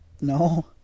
No